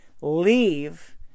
leave